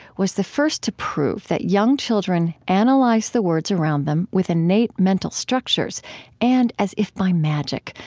was the first to prove that young children analyze the words around them with innate mental structures and, as if by magic,